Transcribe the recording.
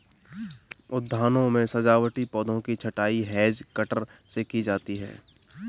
उद्यानों में सजावटी पौधों की छँटाई हैज कटर से की जाती है